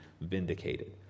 vindicated